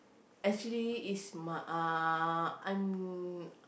actually is my ah I'm